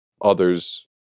others